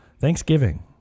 Thanksgiving